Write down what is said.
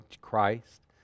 Christ